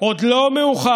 עוד לא מאוחר.